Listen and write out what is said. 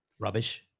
rubbish.